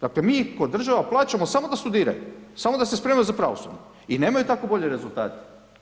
Dakle, mi ih ko država plaćaju samo da studiraju, samo da se spremaju za pravosudni i nemaju tako bolje rezultate.